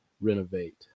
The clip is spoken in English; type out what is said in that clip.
renovate